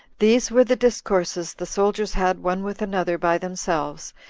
these were the discourses the soldiers had one with another by themselves,